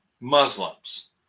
muslims